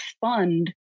fund